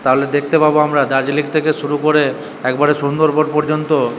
তাহলে দেখতে পাবো আমরা দার্জিলিং থেকে শুরু করে একবারে সুন্দরবন পর্যন্ত